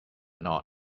nod